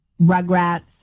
Rugrats